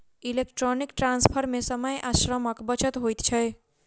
electronic transfer मे समय आ श्रमक बचत होइत छै